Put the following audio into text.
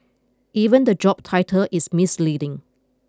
even the job title is misleading